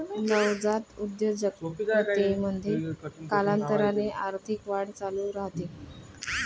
नवजात उद्योजकतेमध्ये, कालांतराने आर्थिक वाढ चालू राहते